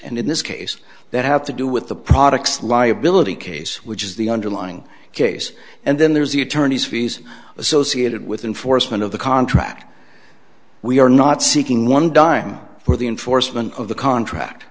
and in this case that have to do with the products liability case which is the underlying case and then there's the attorneys fees associated with enforcement of the contract we are not seeking one dime for the enforcement of the contract